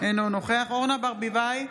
אינו נוכח אורנה ברביבאי,